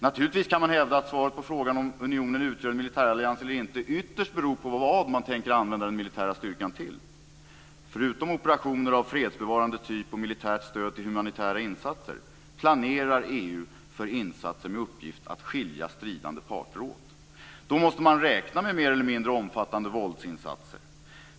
Naturligtvis kan man hävda att svaret på frågan om huruvida unionen utgör en militärallians eller inte ytterst beror på vad man tänker använda den militära styrkan till. Förutom operationer av fredsbevarande typ och militärt stöd till humanitära insatser planerar EU för insatser med uppgift att skilja stridande parter åt. Då måste man räkna med mer eller mindre omfattande våldsinsatser.